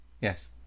Yes